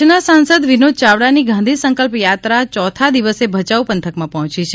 કચ્છના સાંસદ વિનોદ યાવડાની ગાંધી સંકલ્પ યાત્રા યોથા દિવસે ભયાઉ પંથકમાં પહોંચી છે